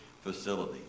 facility